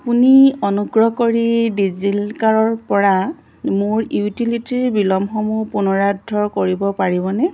আপুনি অনুগ্ৰহ কৰি ডিজিলকাৰৰ পৰা মোৰ ইউটিলিটি বিলসমূহ পুনৰুদ্ধাৰ কৰিব পাৰিবনে